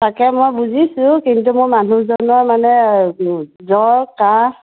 তাকে মই বুজিছোঁ কিন্তু মোৰ মানুহজনৰ মানে জ্বৰ কাহ